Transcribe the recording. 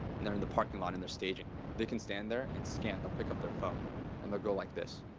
and they're in the parking lot and they're staging, they can stand there and scan. they'll pick up their phone and they'll go like this.